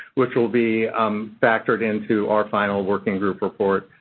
which will be um factored into our final working group report,